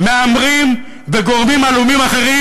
מהמרים וגורמים עלומים אחרים,